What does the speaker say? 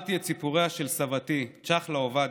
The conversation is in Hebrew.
שמעתי את סיפוריה של סבתי, צ'חלה עובדיה,